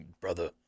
Brother